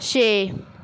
ਛੇ